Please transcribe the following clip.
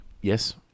Yes